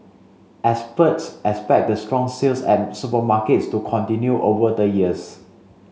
experts expect the strong sales at supermarkets to continue over the years